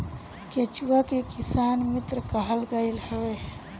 केचुआ के किसान मित्र कहल गईल हवे